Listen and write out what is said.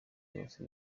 yose